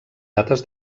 dates